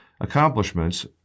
accomplishments